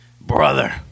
Brother